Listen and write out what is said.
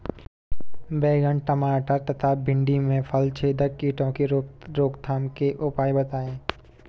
बैंगन टमाटर तथा भिन्डी में फलछेदक कीटों की रोकथाम के उपाय बताइए?